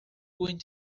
consigo